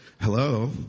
Hello